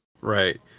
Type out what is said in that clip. Right